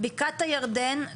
בקעת הירדן,